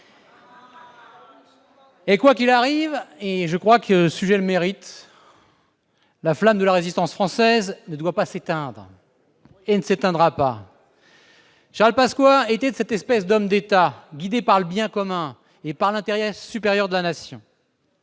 ! Quoi qu'il arrive- je crois que le sujet le mérite -, la flamme de la Résistance française ne doit pas s'éteindre, et ne s'éteindra pas ! Charles Pasqua était de cette espèce d'hommes d'État guidés par le bien commun et par l'intérêt supérieur de la Nation.